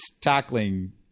tackling